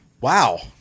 wow